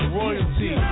royalty